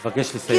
אני מבקש לסיים.